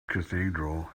cathedral